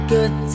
Good